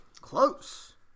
close